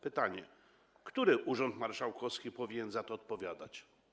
Pytanie: Który urząd marszałkowski powinien za to odpowiadać?